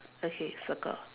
okay circle